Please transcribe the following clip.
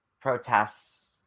protests